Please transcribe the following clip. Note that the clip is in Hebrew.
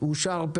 הצבעה אושר.